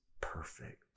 perfect